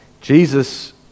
Jesus